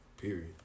period